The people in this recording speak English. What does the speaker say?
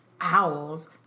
owls